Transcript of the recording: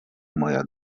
moja